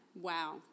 Wow